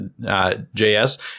JS